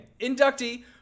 inductee